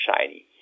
shiny